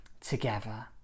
together